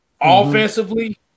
Offensively